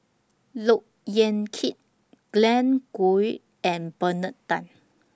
Look Yan Kit Glen Goei and Bernard Tan